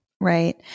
Right